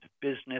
business